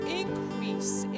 increase